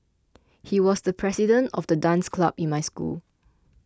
he was the president of the dance club in my school